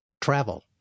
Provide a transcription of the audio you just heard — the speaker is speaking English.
travel